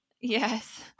Yes